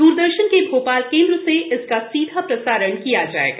द्रदर्शन के भोपाल केंद्र से इसका सीधा प्रसारण किया जाएगा